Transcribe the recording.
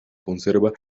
conserva